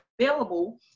available